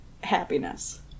happiness